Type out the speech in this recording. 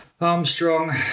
Armstrong